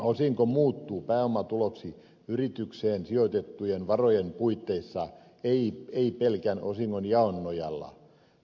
osinko muuttuu pääomatuloksi yritykseen sijoitettujen varojen puitteissa ei pelkän osingonjaon nojalla